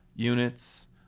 units